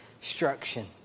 instruction